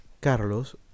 Carlos